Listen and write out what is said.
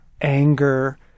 anger